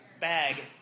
bag